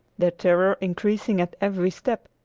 their terror increasing at every step,